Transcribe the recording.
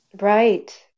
Right